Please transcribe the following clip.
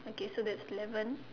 okay so that's eleven